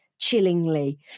Chillingly